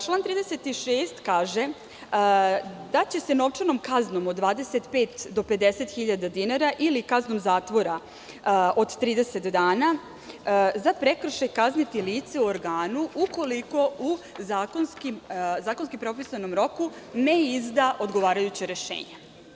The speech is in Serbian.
Član 36. kaže da će se novčanom kaznom od 25 do 50 hiljada dinara ili kaznom zatvora od 30 dana za prekršaj kazniti lice u organu ukoliko u zakonski propisanom roku ne izda odgovarajuće rešenje.